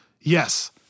Yes